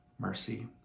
mercy